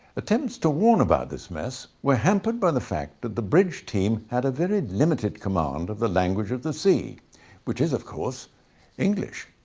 attempts to warn about this mess were hampered by the fact that the bridge team had a very limited command of the language of the sea which is of course english!